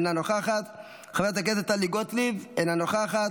אינה נוכחת,